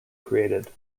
created